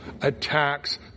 attacks